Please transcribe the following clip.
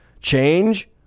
change